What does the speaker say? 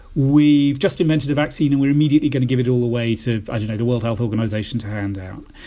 we just invented a vaccine, and we're immediately going to give it all away to i don't know the world health organization to hand out.